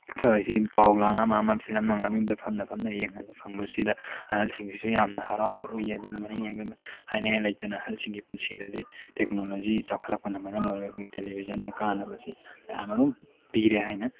ꯊꯁꯤ ꯄꯥꯎ ꯂꯥꯡ ꯑꯃ ꯑꯃ ꯐꯤꯂꯝ ꯅꯨꯡꯂꯝ ꯌꯨꯝꯗ ꯐꯝꯅ ꯐꯝꯅ ꯌꯦꯡꯍꯟꯕ ꯐꯪꯕꯁꯤꯗ ꯑꯍꯜꯁꯤꯡꯁꯤꯁꯨ ꯌꯥꯝꯅ ꯍꯔꯥꯎꯕ ꯎꯏ ꯑꯗꯨꯅ ꯃꯔꯝ ꯑꯣꯏꯔꯀꯟꯗ ꯍꯥꯏꯅꯤꯡꯉꯥꯏ ꯂꯩꯇꯅ ꯑꯍꯜꯁꯤꯡꯒꯤ ꯄꯨꯟꯁꯤꯗꯗꯤ ꯇꯦꯛꯅꯣꯂꯣꯖꯤꯖꯤ ꯆꯥꯎꯈꯠꯂꯛꯄꯅ ꯃꯔꯝ ꯑꯣꯏꯔꯒ ꯑꯩꯈꯣꯏꯒꯤ ꯇꯦꯂꯤꯕꯤꯖꯟꯅ ꯀꯥꯟꯅꯕꯁꯤ ꯀꯌꯥꯃꯔꯨꯝ ꯄꯤꯔꯦ ꯍꯥꯏꯅ